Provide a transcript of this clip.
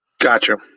Gotcha